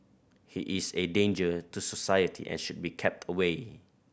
he is a danger to society and should be kept away